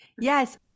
yes